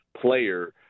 player